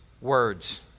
words